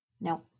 No